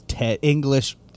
English